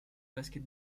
basket